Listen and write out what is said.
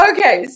Okay